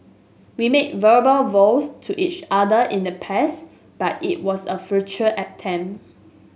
we made verbal vows to each other in the past but it was a futile attempt